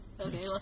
Okay